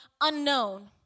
unknown